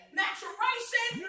maturation